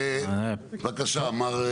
בבקשה, עומר.